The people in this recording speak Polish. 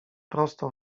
prosto